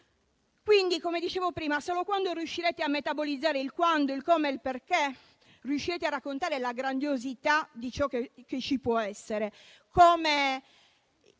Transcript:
Quindi, come dicevo prima, solo quando riuscirete a metabolizzare il quando, il come e il perché riuscirete a raccontare la grandiosità di ciò che ci può essere